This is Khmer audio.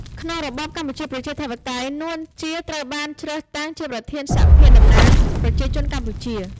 ក្នុងរបបកម្ពុជាប្រជាធិបតេយ្យ នួន ជា ត្រូវបានជ្រើសតាំង ជាប្រធានសភាតំណាងប្រជាជនកម្ពុជា ។